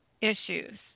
issues